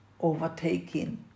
Overtaking